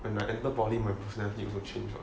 when I entered poly my personality also change what